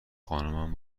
خانمم